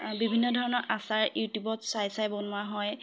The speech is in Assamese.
বিভিন্ন ধৰণৰ আচাৰ ইউটিবত চাই চাই বনোৱা হয়